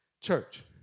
Church